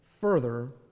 further